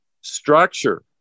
structure